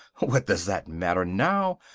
what does that matter now!